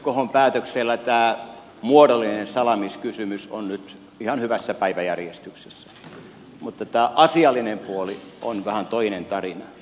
khon päätöksellä tämä muodollinen salaamiskysymys on nyt ihan hyvässä päiväjärjestyksessä mutta tämä asiallinen puoli on vähän toinen tarina